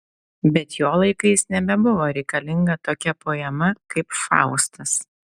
bet jo laikais nebebuvo reikalinga tokia poema kaip faustas